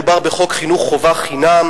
מדובר בחוק חינוך חובה חינם,